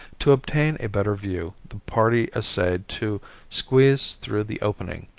to obtain a better view the party essayed to squeeze through the opening,